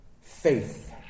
faith